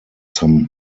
some